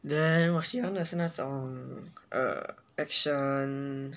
then 我喜欢的是那种 uh action